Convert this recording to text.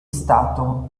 stato